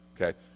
okay